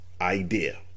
idea